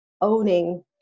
owning